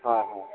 হয় হয়